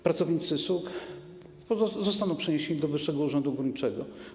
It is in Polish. Pracownicy SUG zostaną przeniesieni do Wyższego Urzędu Górniczego.